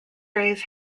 raise